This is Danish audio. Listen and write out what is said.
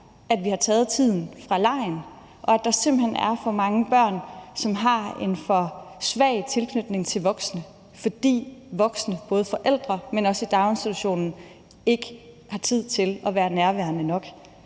at vi har taget tiden fra legen, og at der simpelt hen er for mange børn, som har en for svag tilknytning til voksne, fordi voksne, både forældre og dem i daginstitutionen, ikke har tid til at være nærværende nok.